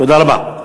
תודה רבה.